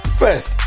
first